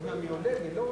אדוני היושב-ראש,